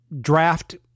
draft